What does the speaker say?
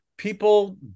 People